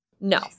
No